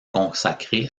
consacrer